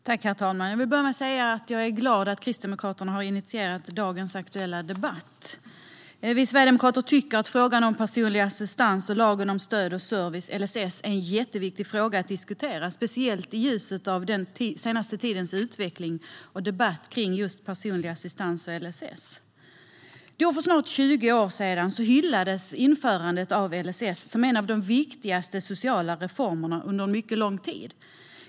Herr talman! Jag vill börja med att säga att jag är glad att Kristdemokraterna har initierat dagens aktuella debatt. Vi sverigedemokrater tycker att personlig assistans och lagen om stöd och service, LSS, är en jätteviktig fråga att diskutera, speciellt i ljuset av den senaste tidens utveckling och debatt kring just personlig assistans och LSS. För snart 20 år sedan hyllades införandet av LSS som en av de viktigaste sociala reformerna på mycket lång tid.